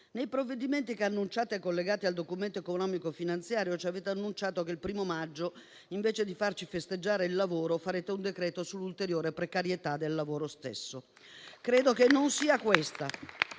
Nei provvedimenti collegati al Documento di economia e finanza ci avete annunciato che il 1° maggio, invece di farci festeggiare il lavoro, farete un decreto sull'ulteriore precarietà del lavoro stesso. Credo che non sia questa